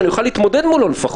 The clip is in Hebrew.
כך שאוכל לפחות להתמודד מולו.